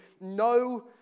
no